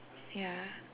ya